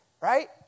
right